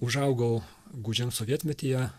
užaugau gūdžiam sovietmetyje